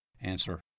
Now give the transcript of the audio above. Answer